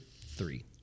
Three